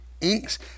inks